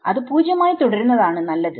അത് പൂജ്യമായി തുടരുന്നതാണ് നല്ലത്